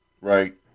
right